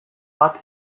bat